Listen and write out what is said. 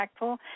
impactful